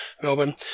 Melbourne